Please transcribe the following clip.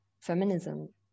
feminism